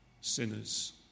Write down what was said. sinners